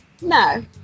No